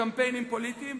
בקמפיינים פוליטיים?